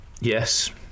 Yes